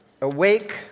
Awake